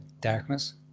Darkness